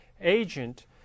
agent